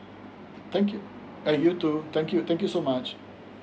thank you uh you too thank you thank you so much